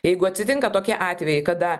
jeigu atsitinka tokie atvejai kada